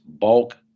bulk